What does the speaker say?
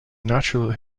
natural